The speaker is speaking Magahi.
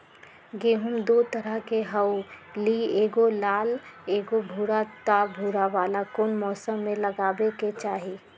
गेंहू दो तरह के होअ ली एगो लाल एगो भूरा त भूरा वाला कौन मौसम मे लगाबे के चाहि?